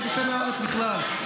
מסבירים לו --- אחמד טיבי,